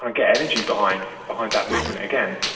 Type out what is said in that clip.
ah get energy behind behind that movement again.